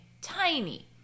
tiny